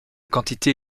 quantité